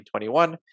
2021